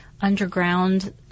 underground